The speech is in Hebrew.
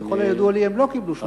ככל הידוע לי הם לא קיבלו שום תקציב.